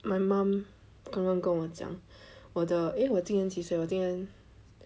my mum 刚刚跟我讲我的 eh 我今年几岁我今年